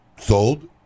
sold